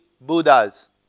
Buddhas